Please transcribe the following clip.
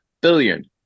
billion